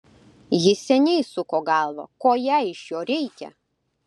jis seniai suko galvą ko jai iš jo reikia